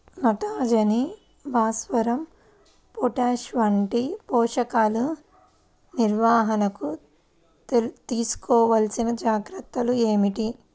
నత్రజని, భాస్వరం, పొటాష్ వంటి పోషకాల నిర్వహణకు తీసుకోవలసిన జాగ్రత్తలు ఏమిటీ?